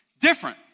different